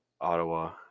Ottawa